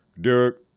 Derek